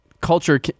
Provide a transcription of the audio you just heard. culture